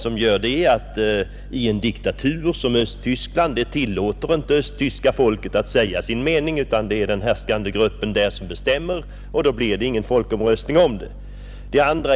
Ett av skälen därtill är att en diktatur som Östtyskland inte tillåter östtyska folket att säga sin mening, Det är i stället den härskande gruppen som bestämmer — och då blir det ingen folkomröstning i denna fråga.